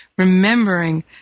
Remembering